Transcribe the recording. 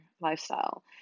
lifestyle